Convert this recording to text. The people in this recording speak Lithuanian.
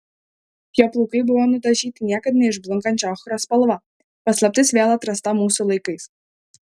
jo plaukai buvo nudažyti niekad neišblunkančia ochros spalva paslaptis vėl atrasta mūsų laikais